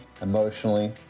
emotionally